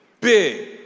big